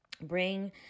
bring